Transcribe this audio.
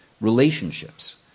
relationships